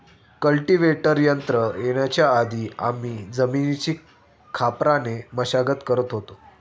cultivator यंत्र येण्याच्या आधी आम्ही जमिनीची खापराने मशागत करत होतो